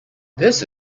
this